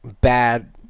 bad